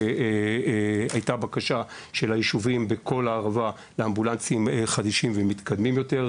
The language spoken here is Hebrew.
הייתה בקשה של הישובים בכל הערבה לאמבולנסים חדישים ומתקדמים יותר.